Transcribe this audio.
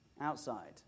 Outside